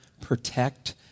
protect